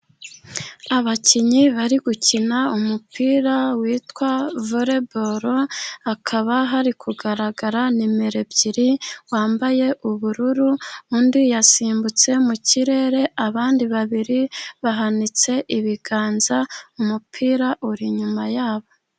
Abakinnyi bari gukina umupira witwa voreboro, hakaba hari kugaragara nimero ebyiri wambaye ubururu, undi yasimbutse mu kirere, abandi babiri bahanitse ibiganza umupira uri inyuma yabo.